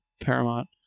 Paramount